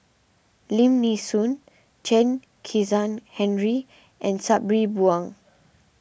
Lim Nee Soon Chen Kezhan Henri and Sabri Buang